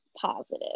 positive